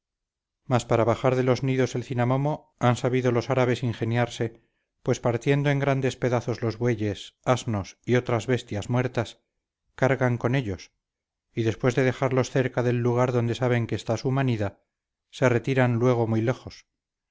mas para bajar de los nidos el cinamomo han sabido los árabes ingeniarse pues partiendo en grandes pedazos los bueyes asnos y otras bestias muertas cargan con ellos y después de dejarlos cerca del lugar donde saben que está su manida se retiran fuego muy lejos